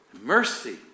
mercy